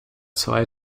zwei